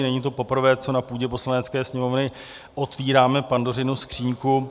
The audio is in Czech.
Není to poprvé, co na půdě Poslanecké sněmovny otevíráme Pandořinu skříňku.